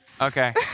okay